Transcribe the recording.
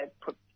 put